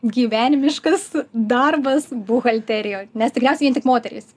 gyvenimiškas darbas buhalterijoj nes tikriausiai vien tik moterys